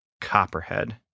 Copperhead